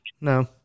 No